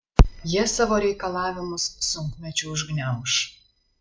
jie savo reikalavimus sunkmečiu užgniauš